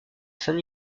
saint